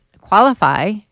qualify